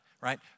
right